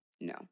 no